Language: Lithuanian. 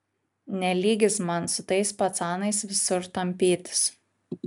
ne lygis man su tais pacanais visur tampytis